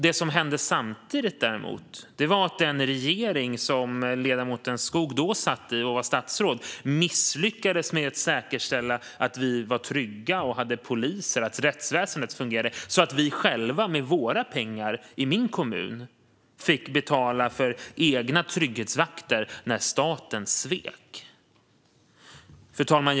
Det som hände samtidigt var däremot att den regering där ledamoten Skog då satt som statsråd misslyckades med att säkerställa att vi var trygga och hade poliser och att rättsväsendet fungerade, så i min kommun fick vi själva, med våra pengar, betala för egna trygghetsvakter när staten svek. Fru talman!